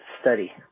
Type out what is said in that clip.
study